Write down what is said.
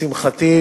לשמחתי,